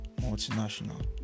multinational